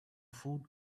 food